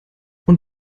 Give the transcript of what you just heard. und